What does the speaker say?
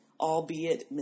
albeit